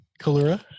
Kalura